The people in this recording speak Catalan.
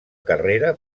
carrera